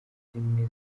zimwe